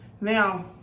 now